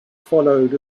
followed